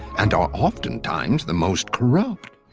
and are oftentimes the most corrupt.